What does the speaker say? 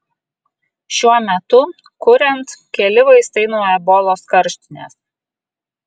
šiuo metu kuriant keli vaistai nuo ebolos karštinės